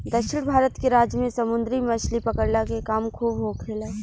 दक्षिण भारत के राज्य में समुंदरी मछली पकड़ला के काम खूब होखेला